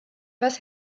was